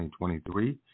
2023